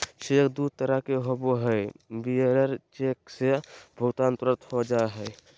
cheque दू तरह के होबो हइ, बियरर चेक से भुगतान तुरंत हो जा हइ